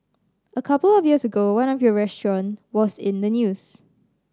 a couple of years ago one of your restaurants was in the news